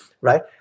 right